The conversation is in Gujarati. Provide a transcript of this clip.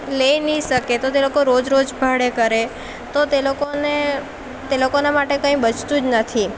લઈ ન શકે તો રોજ રોજ ભાડે કરે તો તે લોકોને તે લોકોના માટે કંઈ બચતું જ નથી